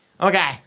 Okay